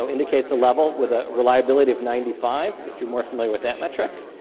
so indicates a level with a reliability of ninety five. if you're more familiar with that metric.